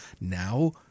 now